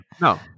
No